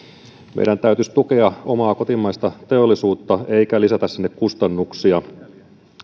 meidän täytyisi tukea omaa kotimaista teollisuutta eikä lisätä sinne kustannuksia